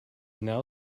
now